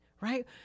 right